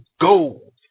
gold